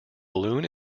balloon